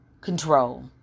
control